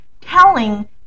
telling